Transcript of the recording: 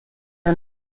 are